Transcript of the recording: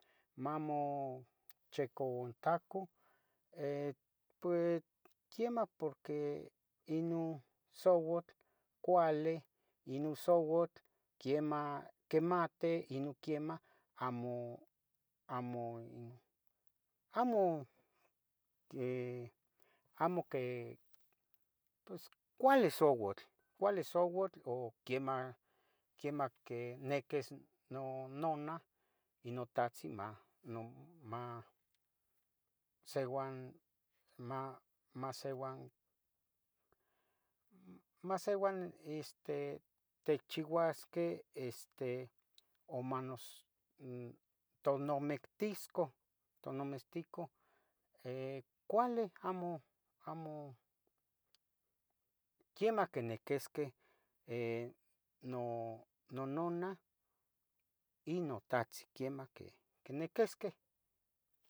mamochicoontacoh quemah porqui inon souatl cualih inon souatl quimoti amo amo amo pues cuali souatl o quemah quiniquis nononah y notahtzin maseuan maseuan maseuan techchiuasqueh umanos tonomistiscoh tonomesticoh cuali amo quemah quiniquisqueh nononanah y notahsin quemah quiniquisqueh.